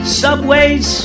subways